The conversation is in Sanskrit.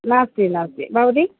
नास्ति नास्ति भवती